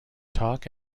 talk